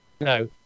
No